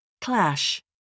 Clash